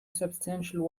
substantial